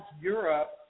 europe